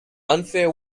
unfair